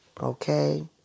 Okay